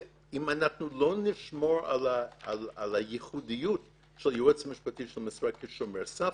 אם אנחנו לא נשמור על הייחודיות של יועץ משפטי של משרד כשומר סף